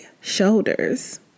shoulders